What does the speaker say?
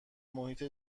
محیط